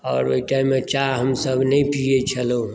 आओर ओहि टाइममे चाह हमसभ नहि पियैत छलहुँ हेँ